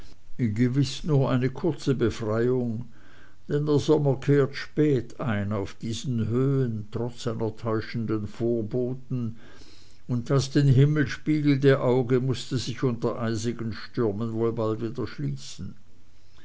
gewiß nur eine kurze befreiung denn der sommer kehrt spät ein auf diesen höhen trotz seiner täuschenden vorboten und das den himmel spiegelnde auge mußte sich unter eisigen stürmen wohl bald wieder schließen